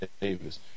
Davis